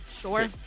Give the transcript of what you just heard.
Sure